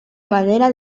madera